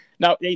Now